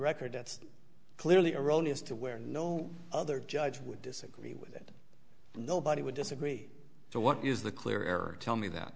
record that's clearly erroneous to where no other judge would disagree with it and nobody would disagree so what is the clear error tell me that